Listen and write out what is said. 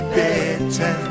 better